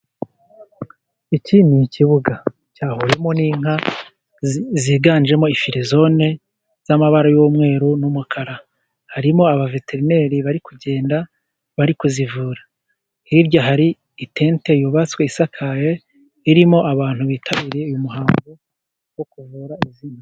Iki ni ikibuga cyahuriwemo n'inka ziganjemo ifirizone z'amabara y'umweru n'umukara, harimo abaveterineri bari kugenda bari kuzivura, hirya hari itente yubatswe isakaye, irimo abantu bitabiriye uyu muhango wo kuvura izi nka.